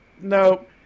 nope